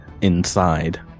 inside